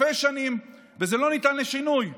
אלפי שנים וזה לא ניתן לשינוי.